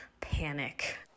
panic